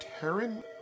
Taryn